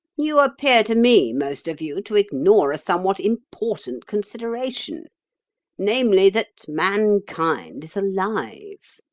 you appear to me, most of you, to ignore a somewhat important consideration namely, that mankind is alive.